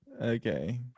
Okay